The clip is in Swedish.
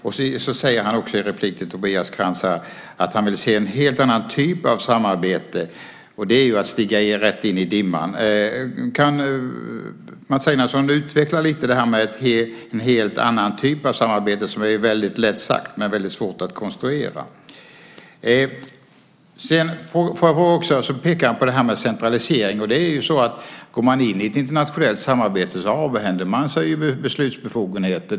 I repliken till Tobias Krantz säger han också att han vill se en helt annan typ av samarbete. Det är ju att stiga rätt in i dimman. Kan Mats Einarsson utveckla detta med en helt annan typ av samarbete lite grann? Det är väldigt lätt sagt, men väldigt svårt att konstruera. Sedan pekar han på detta med centralisering. Går man in i ett internationellt samarbete avhänder man sig beslutsbefogenheter.